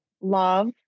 love